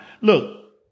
Look